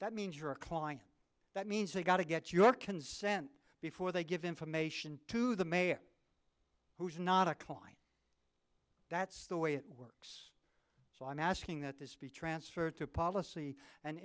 that means you're a client that means they've got to get your consent before they give information to the mayor who is not a client that's the way it works so i'm asking that this be transferred to policy and